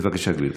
בבקשה, גברתי.